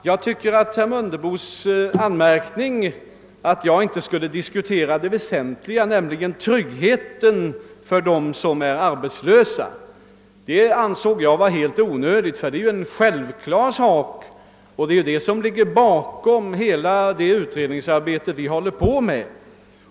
Herr talman! Herr Mundebo anmärkte på att jag inte diskuterade det väsent liga, som han sade, nämligen tryggheten för de arbetslösa. Det ansåg jag emellertid vara helt onödigt. Tryggheten är en självklar sak, den ligger ju bakom hela det utredningsarbete vi håller på med.